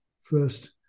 first